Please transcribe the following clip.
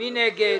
מי נגד?